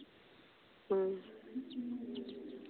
ᱦᱮᱸ